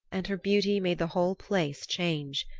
and her beauty made the whole place change.